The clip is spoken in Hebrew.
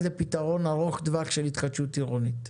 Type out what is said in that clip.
לפתרון ארוך טווח של התחדשות עירונית,